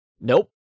Nope